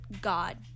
God